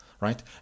right